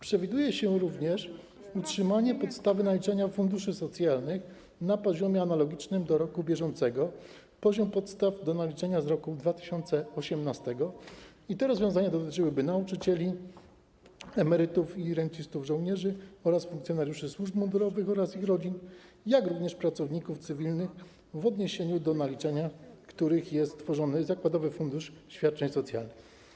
Przewiduje się również utrzymanie podstawy naliczenia funduszy socjalnych na poziomie analogicznym do tego z roku bieżącego, poziomie podstawy naliczenia z roku 2018, i te rozwiązania dotyczyłyby nauczycieli, emerytów i rencistów żołnierzy oraz funkcjonariuszy służb mundurowych i ich rodzin, jak również pracowników cywilnych, w odniesieniu do naliczenia których jest tworzony zakładowy fundusz świadczeń socjalnych.